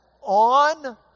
On